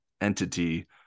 entity